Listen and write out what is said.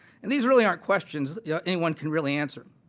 and these really are questions yeah anyone can really answer.